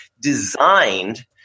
designed